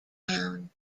town